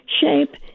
shape